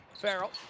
Farrell